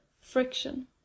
Friction